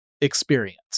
experience